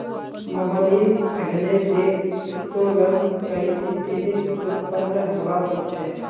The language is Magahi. मोहनीश कहले जे उत्तोलन कई स्थितित उत्पन्न हबा सख छ